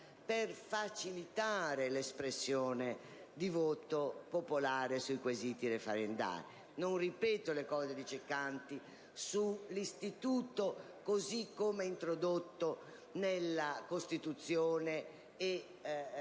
per facilitare l'espressione di voto popolare sui quesiti referendari. Non ripeto le parole del senatore Ceccanti sull'istituto così come introdotto nella Costituzione e